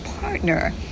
partner